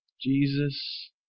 Jesus